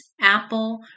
Apple